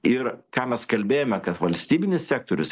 ir ką mes kalbėjome kad valstybinis sektorius